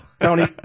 County